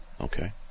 okay